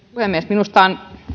minusta